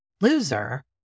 Loser